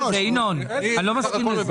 ינון, אני לא מסכים לזה.